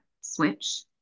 switch